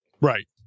Right